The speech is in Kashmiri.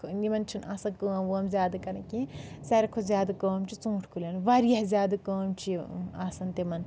یِمن چھِنہٕ آسان کٲم وٲم زیادٕ کَرٕنۍ کینٛہہ ساروٕے کھۄتہٕ زیادٕ کٲم چھِ ژوٗنٛٹھۍ کُلؠن واریاہ زیادٕ کٲم چھِ آسان تِمن